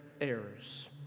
heirs